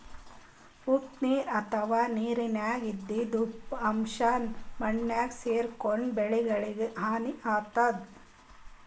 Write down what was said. ಉಪ್ಪ್ ನೀರ್ ಅಥವಾ ನೀರಿನ್ಯಾಗ ಇದ್ದಿದ್ ಉಪ್ಪಿನ್ ಅಂಶಾ ಮಣ್ಣಾಗ್ ಸೇರ್ಕೊಂಡ್ರ್ ಬೆಳಿಗಳಿಗ್ ಹಾನಿ ಆತದ್